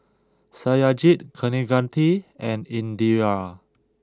Satyajit Kaneganti and Indira